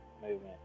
movement